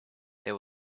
there